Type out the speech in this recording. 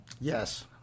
Yes